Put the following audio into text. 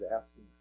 asking